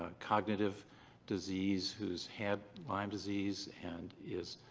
ah cognitive disease who has had lyme disease and is.